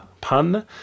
pun